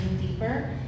deeper